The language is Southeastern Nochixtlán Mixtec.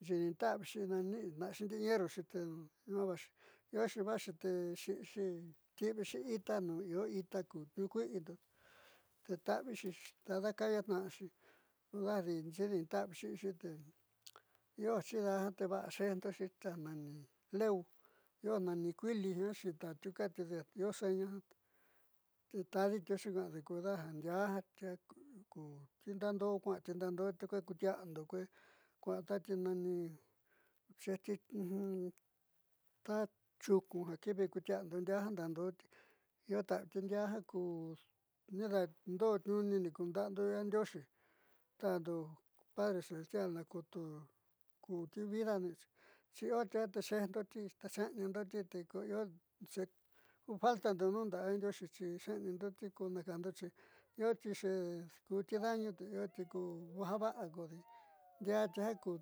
nxiidin ta'avixi nanitna'axi ndi'i ñerruxi te ñua'a vaxi ioxi vaáxi te ti'ivixi ita nuun io ita kuniuukuiindo te ta'ayixi te dakayatna'axi daadi nxiidin ta'ayixi io chidaá te va'a xe'ejndoxi ta nani le'eu io nani kuili jiaa xita tiuu ka'antiude io seña jiaa te ta'aditiuxi ka'ande ko deja ndiaá ku ti ndaandoó kua'ati ndaddo'oti kuee kukutia'ando kuee kuaan tati nani xe'ejti ta nchuunku jakiivi ku tia'ando ndia'a ku ndiindaadó io taáviti ndiaá jaku niida'ando tniuuni niku nda'ando yaa ndioóxi tando padre celestial na kutu kutividando xi io tati jiau xe'ejndo te xe'enindoti te io ja ku faltando nuu nda'a yaandioxi xi xe'enindoti kona kaando ioti ja xe'eda'ani ti io java'a kodi ndiaati.